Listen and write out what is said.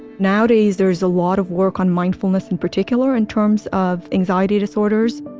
nowadays, there's a lot of work on mindfulness, in particular, in terms of anxiety disorders.